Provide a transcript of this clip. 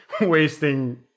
wasting